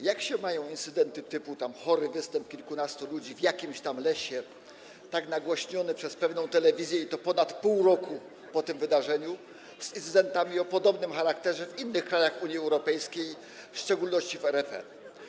Jak się mają incydenty typu chory występ kilkunastu ludzi w jakimś tam lesie, tak nagłośniony przez pewną telewizję, i to ponad pół roku po tym wydarzeniu, do incydentów o podobnym charakterze w innych krajach Unii Europejskiej, w szczególności w RFN?